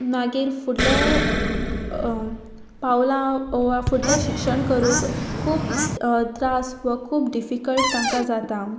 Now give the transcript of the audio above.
मागीर फुडल्या पावलां वा फुडलें शिक्षण करूंक खूब त्रास वा खूब डिफिकल्ट तांकां जाता